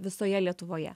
visoje lietuvoje